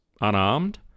unarmed